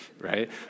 right